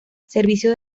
servicio